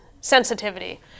sensitivity